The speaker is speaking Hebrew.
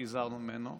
שהזהרנו ממנו,